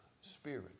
spirit